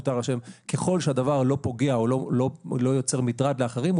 ככל שהדבר לא פוגע או לא יוצר מטרד לאחרים,